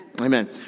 Amen